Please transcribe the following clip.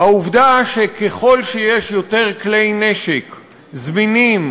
העובדה שככל שיש יותר כלי נשק זמינים